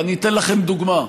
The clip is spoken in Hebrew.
ואני אתן לכם דוגמה: